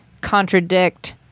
contradict